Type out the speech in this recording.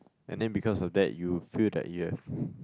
and then because of that you feel that you have